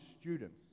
students